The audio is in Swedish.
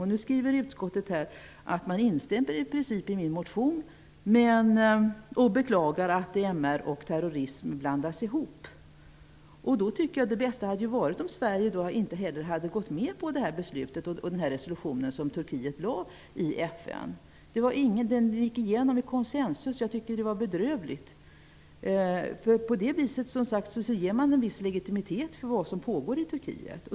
Utskottet skriver att man i princip instämmer i det jag säger i min motion och beklagar att MR och terrorism blandas ihop. Det bästa hade ju varit om Sverige då inte heller hade gått med på att fatta beslut om den resolution som Turkiet lade fram i FN. Den gick igenom i konsensus. Jag tycker att det var bedrövligt. På det viset ger man som sagt en viss legitimitet för vad som pågår i Turkiet.